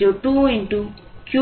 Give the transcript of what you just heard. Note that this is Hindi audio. जो 2 1